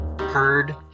heard